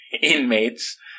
inmates